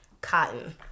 Cotton